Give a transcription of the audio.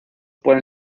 pueden